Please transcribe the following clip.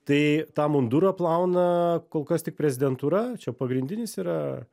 tai tą mundurą plauna kol kas tik prezidentūra čia pagrindinis yra